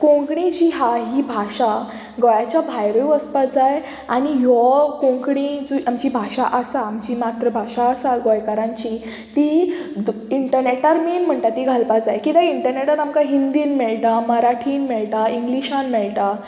कोंकणी जी हा ही भाशा गोंयाच्या भायरूय वचपा जाय आनी ह्यो कोंकणी जी आमची भाशा आसा आमची मातृभाशा आसा गोंयकारांची ती इंटरनेटार मेन म्हणटा ती घालपा जाय किद्याक इंटरनेटार आमकां हिंदीन मेळटा मराठींत मेळटा इंग्लीशान मेळटा